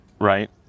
right